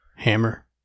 hammer